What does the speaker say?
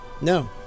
No